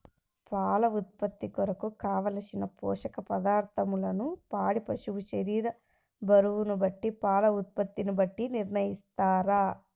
పాల ఉత్పత్తి కొరకు, కావలసిన పోషక పదార్ధములను పాడి పశువు శరీర బరువును బట్టి పాల ఉత్పత్తిని బట్టి నిర్ణయిస్తారా?